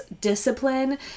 discipline